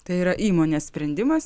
tai yra įmonės sprendimas